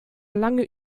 lange